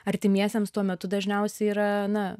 artimiesiems tuo metu dažniausiai yra na